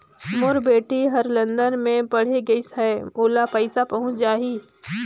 मोर बेटी हर लंदन मे पढ़े गिस हय, ओला पइसा पहुंच जाहि?